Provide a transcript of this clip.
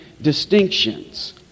distinctions